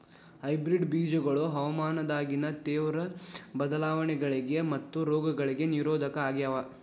hybrid ಬೇಜಗೊಳ ಹವಾಮಾನದಾಗಿನ ತೇವ್ರ ಬದಲಾವಣೆಗಳಿಗ ಮತ್ತು ರೋಗಗಳಿಗ ನಿರೋಧಕ ಆಗ್ಯಾವ